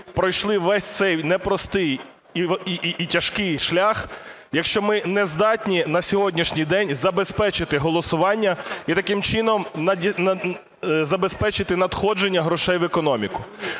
пройшли весь цей непростий і тяжкий шлях, якщо ми не здатні на сьогоднішній день забезпечити голосування, і таким чином забезпечити надходження грошей в економіку?